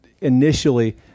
initially